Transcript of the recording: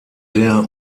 der